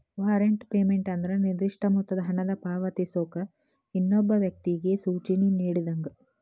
warrant payment ಅಂದ್ರ ನಿರ್ದಿಷ್ಟ ಮೊತ್ತದ ಹಣನ ಪಾವತಿಸೋಕ ಇನ್ನೊಬ್ಬ ವ್ಯಕ್ತಿಗಿ ಸೂಚನೆ ನೇಡಿದಂಗ